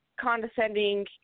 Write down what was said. condescending